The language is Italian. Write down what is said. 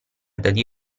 dadi